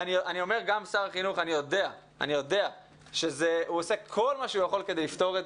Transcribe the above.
אני יודע ששר החינוך עושה כל מה שהוא יכול כדי לפתור את